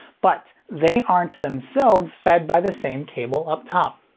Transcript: but they aren't themselves fed by the same cable up top.